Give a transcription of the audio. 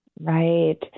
Right